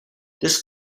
this